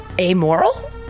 amoral